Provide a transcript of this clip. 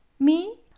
me?